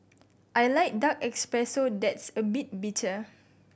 I like dark espresso that's a bit bitter